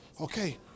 okay